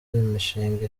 imishinga